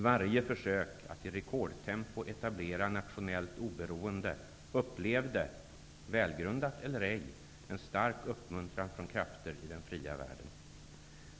Varje försök att i rekordtempo etablera nationellt oberoende upplevde, välgrundat eller ej, en stark uppmuntran från krafter i den fria världen.